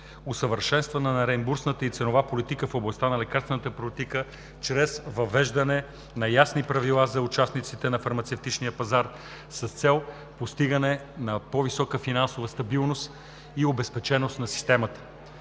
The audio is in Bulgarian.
усъвършенстване на реимбурсната и ценова политика в областта на лекарствената политика чрез въвеждане на ясни правила за участниците на фармацевтичния пазар с цел постигане на по-висока финансова стабилност и обезпеченост на системата;